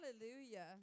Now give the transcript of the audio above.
Hallelujah